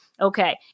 Okay